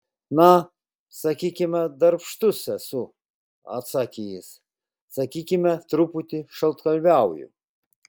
na sakykime darbštus esu atsakė jis sakykime truputį šaltkalviauju